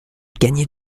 gagner